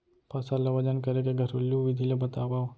फसल ला वजन करे के घरेलू विधि ला बतावव?